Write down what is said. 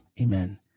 Amen